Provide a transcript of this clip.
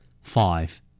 Five